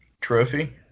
Trophy